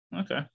Okay